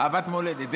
אהבת מולדת.